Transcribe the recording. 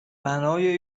بنای